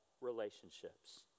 relationships